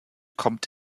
kommt